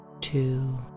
two